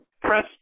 Press